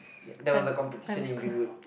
there was a competition in Greenwood